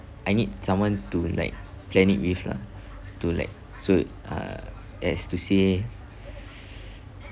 I need someone to like plan it with lah to like so uh as to say